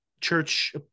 church